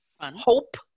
hope